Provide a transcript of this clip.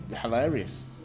hilarious